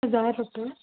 हज़ार रुपये